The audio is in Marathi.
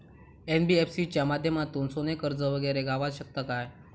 एन.बी.एफ.सी च्या माध्यमातून सोने कर्ज वगैरे गावात शकता काय?